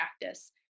practice